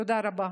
תודה רבה.